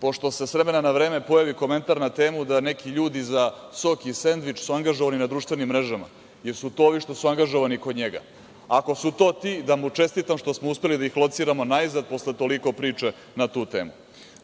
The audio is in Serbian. pošto se s vremena na vreme pojavi komentar na temu da neki ljudi za sok i sendvič su angažovani na društvenim mrežama, jer su to ovi što su angažovani kod njega. Ako su to ti, da mu čestitam što smo uspeli da ih lociramo najzad posle toliko priče na tu temu.